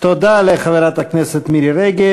תודה לחברת הכנסת מירי רגב.